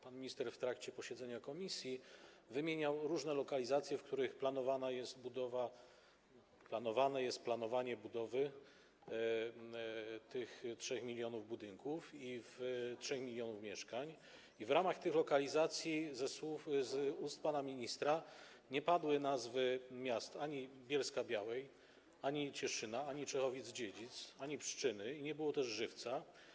Pan minister w trakcie posiedzenia komisji wymieniał różne lokalizacje, w których planowana jest budowa, planowane jest planowanie budowy, tych 3 mln budynków, 3 mln mieszkań, i w odniesieniu do tych lokalizacji z ust pana ministra nie padły nazwy miast - ani Bielska-Białej, ani Cieszyna, ani Czechowic-Dziecic, ani Pszczyny, nie było też Żywca.